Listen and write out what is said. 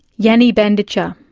yanyi bandicha.